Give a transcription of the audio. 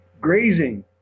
Grazing